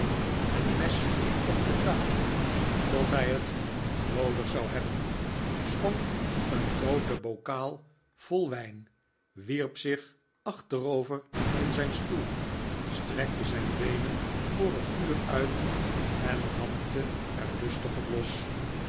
het mes op de tafel tot hij het twii w j v de vrijheer krijgt onverwacht bezoek noodig zou hebben schonk een groote bokaal vol wijn wierp zich achterover in zijn stoel strekte zijn beenen voor het vuur uit en dampte er lustig op los